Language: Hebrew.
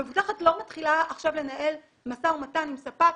מבוטחת לא מתחילה לנהל משא ומתן עם ספק,